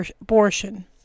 abortion